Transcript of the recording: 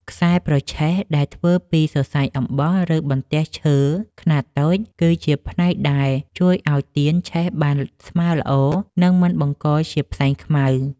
ខ្សែប្រឆេះ ដែលធ្វើពីសរសៃអំបោះ ឬបន្ទះឈើខ្នាតតូច គឺជាផ្នែកដែលជួយឱ្យទៀនឆេះបានស្មើល្អ និងមិនបង្កជាផ្សែងខ្មៅ។